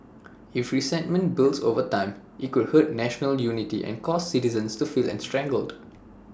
if resentment builds over time IT could hurt national unity and cause citizens to feel estranged